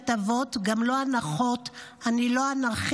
הטבות / גם לא הנחות / אני לא אנרכיסט,